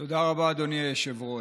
תודה רבה, אדוני היושב-ראש.